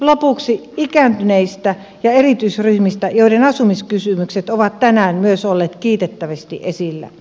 lopuksi ikääntyneistä ja erityisryhmistä joiden asumiskysymykset ovat tänään myös olleet kiitettävästi esillä